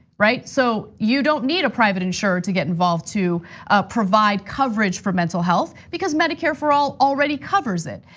right? so you don't need a private insurer to get involved to provide coverage for mental health, because medicare for all already covers it.